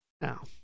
Now